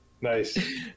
Nice